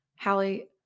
Hallie